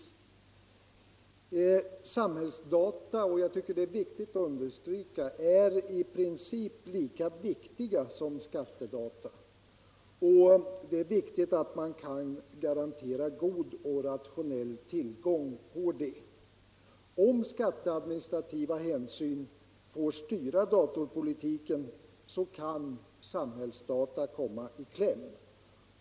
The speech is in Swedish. Samhällsdata är i princip lika viktiga som skattedata. Det är viktigt att man garanterar god och rationell tillgång på samhällsdata. Om skatteadministrativa hänsyn får styra datapolitiken, kan samhällsdata komma i kläm.